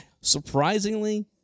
Surprisingly